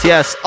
Yes